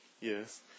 Yes